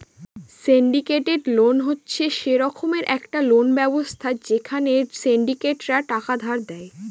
syndicated loan হচ্ছে সে রকমের একটা লোন ব্যবস্থা যেখানে সিন্ডিকেটরা টাকা ধার দেয়